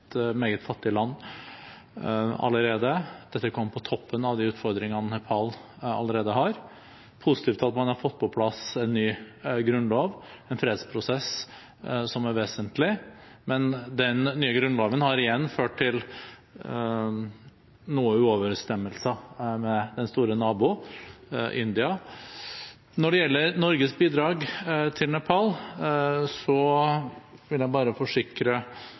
meget fattig land, og dette kom på toppen av de utfordringene Nepal allerede hadde. Det er positivt at man har fått på plass en ny grunnlov, en fredsprosess som er vesentlig, men den nye grunnloven har igjen ført til noen uoverensstemmelser med den store naboen, India. Når det gjelder Norges bidrag til Nepal, vil jeg bare forsikre